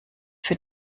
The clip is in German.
für